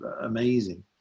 amazing